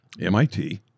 MIT